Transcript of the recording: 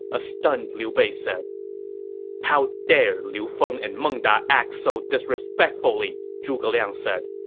a stunned liu bei said how dare liu feng and meng da act so disrespectfully! zhuge liang said.